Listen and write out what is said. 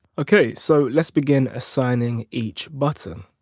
ok so let's begin assigning each button.